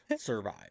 survive